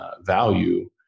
value